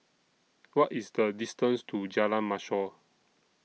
What IS The distance to Jalan Mashor